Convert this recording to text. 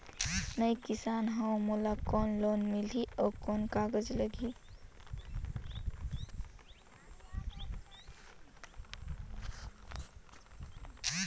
मैं किसान हव मोला कौन लोन मिलही? अउ कौन कागज लगही?